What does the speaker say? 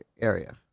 area